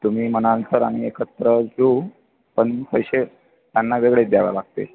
तुम्ही म्हणाल तर आम्ही एकत्र घेऊ पण पैसे त्यांना वेगळेच द्यावं लागते